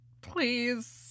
Please